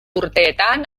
urteetan